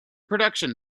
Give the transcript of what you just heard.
production